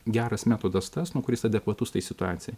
geras metodas tas nu kuris adekvatus tai situacijai